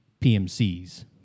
PMCs